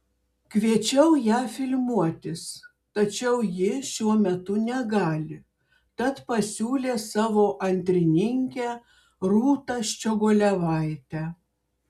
kviečiau ją filmuotis tačiau ji šiuo metu negali tad pasiūlė savo antrininkę rūtą ščiogolevaitę